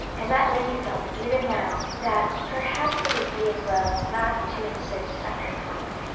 and that lady felt even now that perhaps it would be as well not to insist on her point.